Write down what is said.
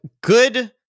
good